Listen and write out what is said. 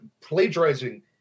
plagiarizing